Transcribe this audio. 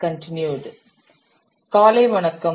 காலை வணக்கம்